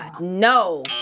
No